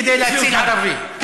כדי להציל ערבי,